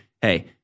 hey –